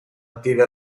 attive